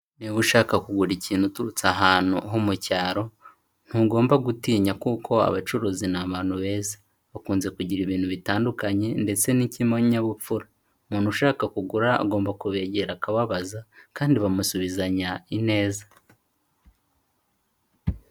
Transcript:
Niba ushaka kugura ikintu uturutse ahantu ho mu cyaro, ntugomba gutinya kuko abacuruzi ni abantu beza. Bakunze kugira ibintu bitandukanye ndetse n'ikiyabupfura, umuntu ushaka kugura agomba kubegera akababaza kandi bamusubizanya ineza.